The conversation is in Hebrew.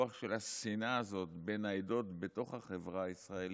הטיפוח של השנאה הזאת בין העדות בתוך החברה הישראלית,